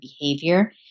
behavior